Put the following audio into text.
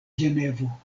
ĝenevo